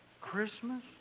Christmas